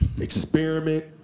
Experiment